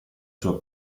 sua